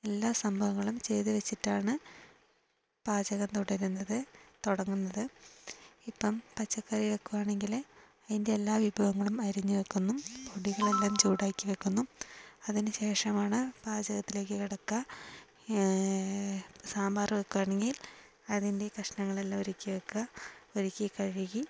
എല്ലാ സംഭവങ്ങളും ചെയ്തു വച്ചിട്ടാണ് പാചകം തുടരുന്നത് തുടങ്ങുന്നത് ഇപ്പം പച്ചക്കറി വയ്ക്കുകയാണെങ്കിൽ അതിൻ്റെ എല്ലാ വിഭവങ്ങളും അരിഞ്ഞ് വയ്ക്കുന്നു കുടിവെള്ളം ചൂടാക്കി വയ്ക്കുന്നു അതിനുശേഷമാണ് പാചകത്തിലേയ്ക്ക് കടക്കുക സാമ്പാർ വയ്ക്കുകയാണെങ്കിൽ അതിൻ്റെ കഷണങ്ങളെല്ലാം ഒരുക്കി വയ്ക്കുക ഒരുക്കി കഴുകി